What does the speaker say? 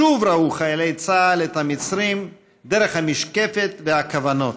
שוב ראו חיילי צה"ל את המצרים דרך המשקפת והכוונות,